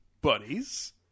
buddies